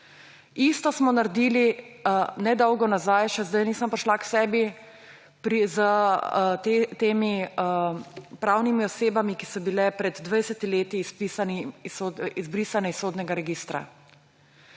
Isto smo naredili nedolgo nazaj, še zdaj nisem prišla k sebi, s temi pravnimi osebami, ki so bile pred 20 leti izbrisane iz sodnega registra.